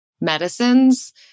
medicines